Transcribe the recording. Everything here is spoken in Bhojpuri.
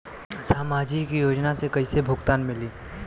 सामाजिक योजना से कइसे भुगतान मिली?